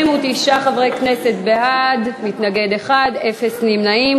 39 חברי כנסת בעד, אפס מתנגדים, אפס נמנעים.